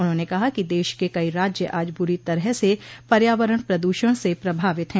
उन्होंने कहा कि देश के कई राज्य आज बुरी तरह से पर्यावरण प्रदूषण से प्रभावित है